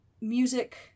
music